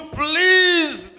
please